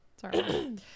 Sorry